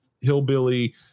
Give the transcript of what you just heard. hillbilly